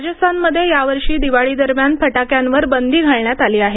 राजस्थानमध्ये यावर्षी दिवाळी दरम्यान फटाक्यांवर बंदी घालण्यात आली आहे